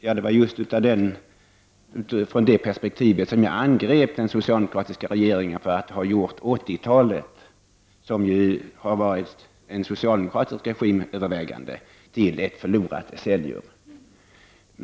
Ja, det var just från det perspektivet som jag angrep den socialdemokratiska regeringen för att ha gjort 80-talet, då det ju övervägande har varit en socialdemokratisk regim, till ett förlorat decennium.